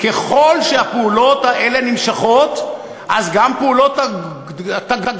ככל שהפעולות האלה נמשכות, אז גם פעולות התגמול